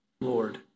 Lord